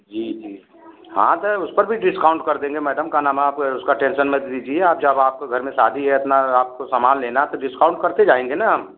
जी जी हाँ सर उस पर भी डिस्काउंट कर देंगे मैडम का नाम है आप उसका टेंशन मत लीजिए आप जब आपके घर में शादी है इतना आपको सामान लेना है तो डिस्काउंट करते जाएँगे ना हम